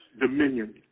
dominion